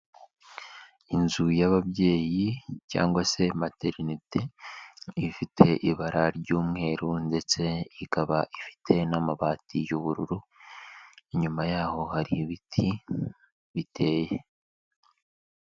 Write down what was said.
Inzu y'ababyeyi cyangwa se materinete ifite ibara ry'umweru ndetse ikaba ifite n'amabati y'ubururu, inyuma yaho hari ibiti biteye.